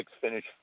finish